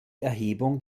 erhebung